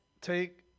take